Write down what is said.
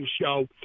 show